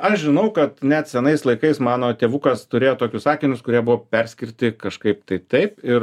aš žinau kad net senais laikais mano tėvukas turėjo tokius akinius kurie buvo perskirti kažkaip tai taip ir